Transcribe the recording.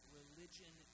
religion